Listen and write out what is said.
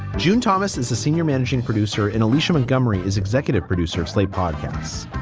june thomas is the senior managing producer and alicia montgomery is executive producer of slate podcasts.